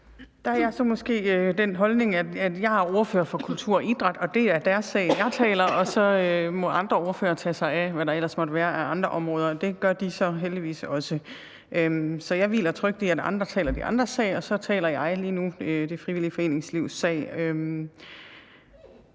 Pernille Bendixen (DF): Jeg er ordfører for kultur og idræt, og det er deres sag, jeg taler, og så må andre ordførere tage sig af, hvad der ellers måtte være af andre områder, og det gør de så heldigvis også. Så jeg hviler trygt i, at andre taler de andres sag, og at jeg så lige nu taler det frivillige foreningslivs sag.